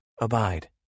Abide